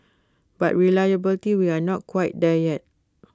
but reliability we are not quite there yet